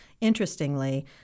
interestingly